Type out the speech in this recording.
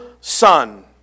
son